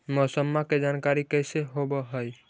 मौसमा के जानकारी कैसे होब है?